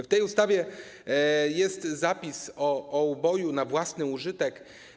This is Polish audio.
W tej ustawie jest zapis o uboju na własny użytek.